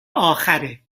آخره